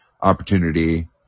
opportunity